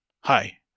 Hi